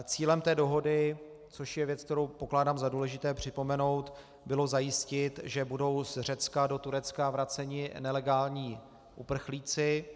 Cílem té dohody, což je věc, kterou pokládám za důležité připomenout, bylo zajistit, že budou z Řecka do Turecka vraceni nelegální uprchlíci.